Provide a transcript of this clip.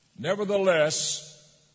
Nevertheless